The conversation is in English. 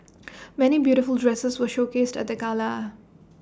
many beautiful dresses were showcased at the gala